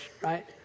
right